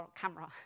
camera